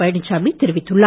பழனிச்சாமி தெரிவித்துள்ளார்